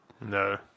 No